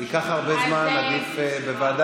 זה ייקח הרבה זמן, עדיף בוועדה.